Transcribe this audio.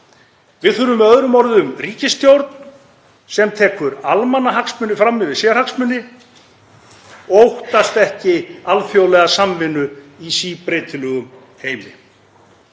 Við þurfum með öðrum orðum ríkisstjórn sem tekur almannahagsmuni fram yfir sérhagsmuni og óttast ekki alþjóðlega samvinnu í síbreytilegum heimi.